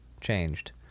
changed